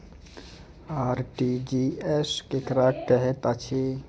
RTGS केकरा कहैत अछि?